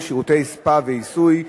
שירותי ספא ועיסוי),